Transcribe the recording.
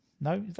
No